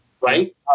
Right